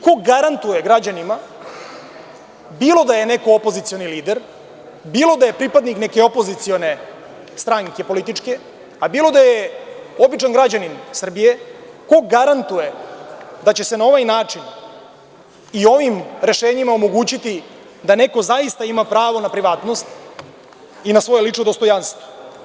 Ko garantuje građanima, bilo da je neko opozicioni lider, bilo da je pripadnik neke opozicione političke stranke, a bilo da je običan građanin Srbije, da će se na ovaj način i ovim rešenjima omogućiti da neko zaista ima pravo na privatnost i na svoje lično dostojanstvo?